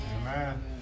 Amen